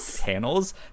panels